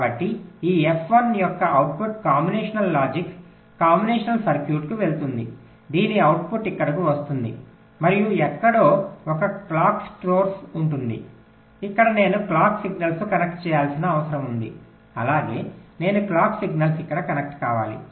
కాబట్టి ఈ ఎఫ్ 1 యొక్క అవుట్పుట్ కాంబినేషన్ లాజిక్ కాంబినేషన్ సర్క్యూట్కు వెళుతుంది దీని అవుట్పుట్ ఇక్కడకు వస్తుంది మరియు ఎక్కడో ఒక క్లాక్ సోర్స్ ఉంటుంది ఇక్కడ నేను క్లాక్ సిగ్నల్ను కనెక్ట్ చేయాల్సిన అవసరం ఉంది అలాగే నేను క్లాక్ సిగ్నల్ ఇక్కడ కనెక్ట్ కావాలి